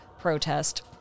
protest